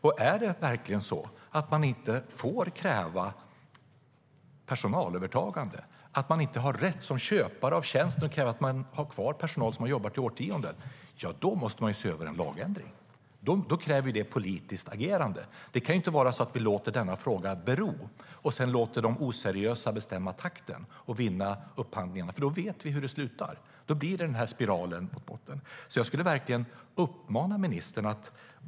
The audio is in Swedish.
Om det verkligen är så att man inte får kräva personalövertagande, att man inte har rätt som köpare av tjänsten att kräva att den personal som har jobbat i årtionden blir kvar, måste lagen ses över. Då krävs det ett politiskt agerande. Det kan inte vara så att vi låter denna fråga bero och sedan låter de oseriösa bestämma takten och vinna upphandlingarna, för då vet vi hur det slutar. Då blir det den här spiralen. Jag vill verkligen rikta en uppmaning till ministern.